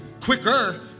quicker